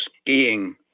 skiing